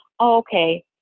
okay